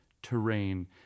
Terrain